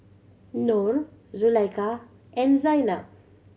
Nor Zulaikha and Zaynab